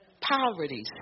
Poverty